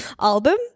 album